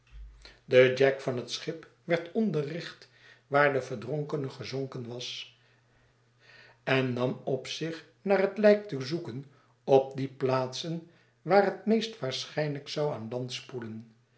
de jack van het schip werd onderrichtwaarde verdronkene gezonken was en nam op zich naar het lijk te zoeken op die plaatsen waar het meest waarschijnlijk zou aan land spoelen